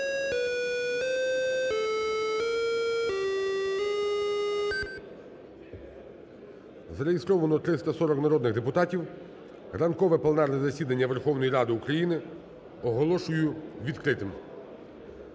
Зареєстровано 340 народних депутатів. Ранкове пленарне засідання Верховної Ради України оголошую відкритим.